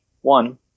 One